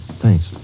Thanks